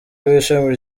w’ishami